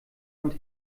und